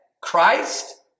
Christ